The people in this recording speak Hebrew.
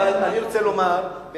אבל אני רוצה לומר,